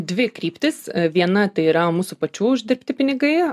dvi kryptys viena tai yra mūsų pačių uždirbti pinigai